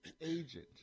agent